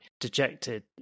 dejected